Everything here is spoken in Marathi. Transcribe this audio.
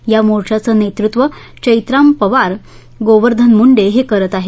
या मोर्चाचे नेतृत्व चैतराम पवार गोवर्धन मुंडे हे करीत आहेत